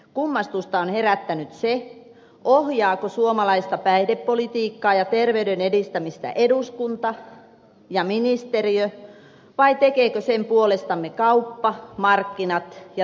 kummastusta on herättänyt se ohjaako suomalaista päihdepolitiikkaa ja terveyden edistämistä eduskunta ja ministeriö vai tekeekö sen puolestamme kauppa markkinat ja teollisuus